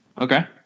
Okay